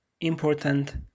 important